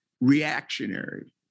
reactionary